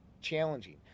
challenging